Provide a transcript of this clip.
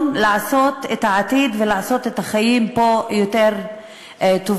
לעשות את העתיד ולעשות את החיים פה יותר טובים,